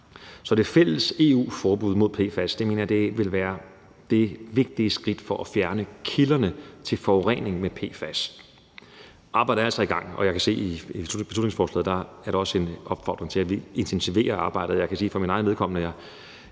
Så det fælles EU-forbud mod PFAS mener jeg vil være det vigtige skridt til at fjerne kilderne til forureningen med PFAS. Arbejdet er sat i gang, og jeg kan se i beslutningsforslaget, at der også er en opfordring til, at vi intensiverer arbejdet. Jeg kan for mit eget vedkommende